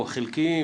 או חלקיים,